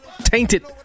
tainted